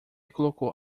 colocou